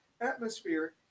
atmosphere